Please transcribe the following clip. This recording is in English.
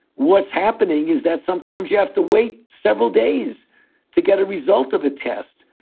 what's happening is that sometimes you have to wait several days to get a result of a test.